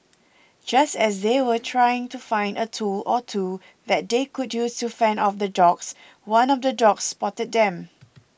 just as they were trying to find a tool or two that they could use to fend off the dogs one of the dogs spotted them